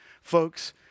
Folks